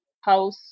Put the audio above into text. house